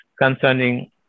concerning